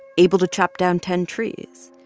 able to chop down ten trees,